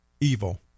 evil